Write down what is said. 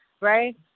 right